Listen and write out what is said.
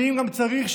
ואם צריך,